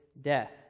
death